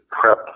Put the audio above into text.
prep